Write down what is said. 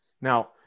Now